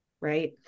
right